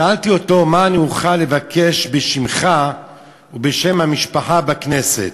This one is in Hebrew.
שאלתי אותו: מה אני אוכל לבקש בשמך ובשם המשפחה בכנסת?